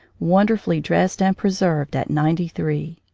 wonderfully dressed and preserved at ninety-three.